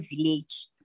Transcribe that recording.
village